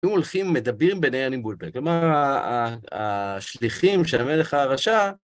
היו הולכים מדברים ביניהם בניבול פה, כלומר, השליחים של מלך הרשע...